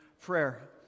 prayer